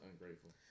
ungrateful